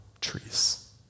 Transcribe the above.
trees